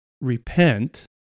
repent